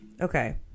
Okay